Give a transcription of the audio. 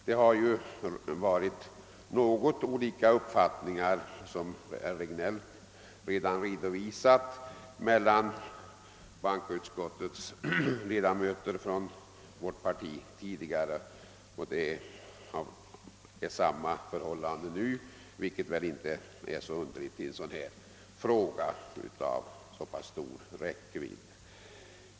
Det har varit något olika uppfattningar — som herr Regnéll här redovisat — bland bankoutskottets ledamöter från vårt parti tidigare, och det är samma förhållande nu, vilket väl inte är så underligt i en fråga av denna stora räckvidd.